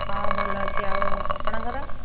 ହଁ ଭଲ ଅଛି ଆଉ ଆପଣଙ୍କର